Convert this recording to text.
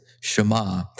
Shema